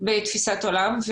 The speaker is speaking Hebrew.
בתפיסת עולם.